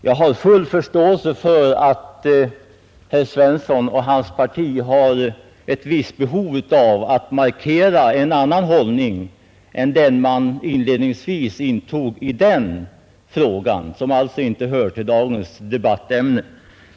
Jag har full förståelse för att herr Svensson och hans parti har ett visst behov av att markera en annan hållning än den man inledningsvis intog i den frågan, som alltså inte hör till dagens debattämne.